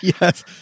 Yes